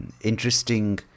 interesting